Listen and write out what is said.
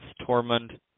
Tormund